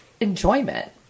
enjoyment